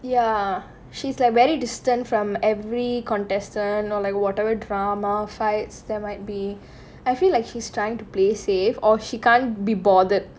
ya she's like very distant from every contestant or like whatever drama fights there might be I feel like she's trying to play safe or she can't be bothered